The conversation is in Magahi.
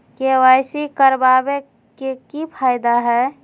के.वाई.सी करवाबे के कि फायदा है?